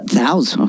thousand